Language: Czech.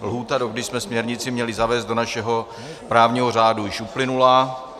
Lhůta, dokdy jsme směrnici měli zavést do našeho právního řádu, již uplynula.